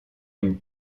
une